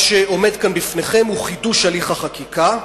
מה שעומד כאן בפניכם הוא חידוש הליך החקיקה,